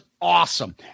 awesome